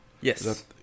Yes